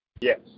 Yes